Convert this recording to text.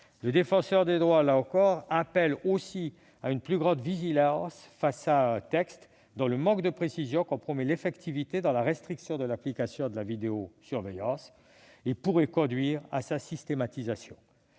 La Défenseure des droits appelle à une plus grande vigilance face à un texte dont le manque de précision compromet l'effectivité de la restriction de l'application de la vidéosurveillance, et qui pourrait conduire à la systématisation